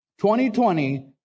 2020